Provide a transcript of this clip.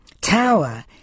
Tower